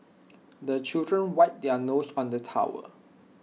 the children wipe their noses on the towel